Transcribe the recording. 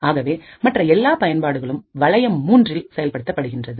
ஆகவேமற்ற எல்லா பயன்பாடுகளும் வளையம் மூன்றில் செயல்படுத்தப்படுகின்றது